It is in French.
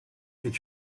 est